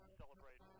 celebrate